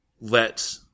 let